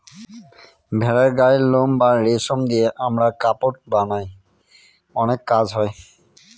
ভেড়ার গায়ের লোম বা রেশম দিয়ে আমরা কাপড় বানায় অনেক কাজ হয়